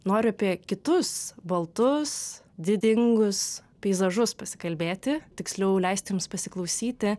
noriu apie kitus baltus didingus peizažus pasikalbėti tiksliau leisti jums pasiklausyti